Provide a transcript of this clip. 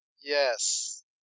Yes